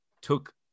took